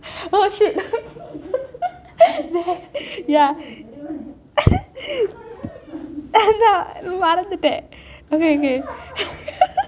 oh shit அதான் மறந்துட்டேன்:athaan maranthuthen